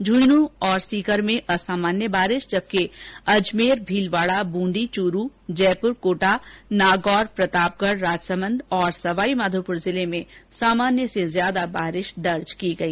झुन्झुनू और सीकर में असामान्य बारिश जबकि अजमेर भीलवाड़ा बूंदी च्रू जयपुर कोटा नागौर प्रतापगढ़ राजसमंद और सवाईमाधोपुर में सामान्य से ज्यादा बारिश दर्ज की गई